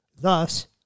Thus